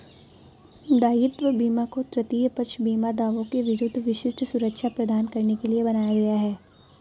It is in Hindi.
दायित्व बीमा को तृतीय पक्ष बीमा दावों के विरुद्ध विशिष्ट सुरक्षा प्रदान करने के लिए बनाया गया है